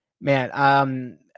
Man